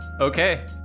Okay